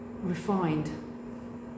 refined